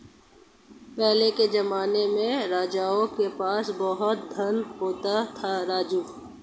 पहले के जमाने में राजाओं के पास बहुत धन होता था, राजू